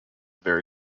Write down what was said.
very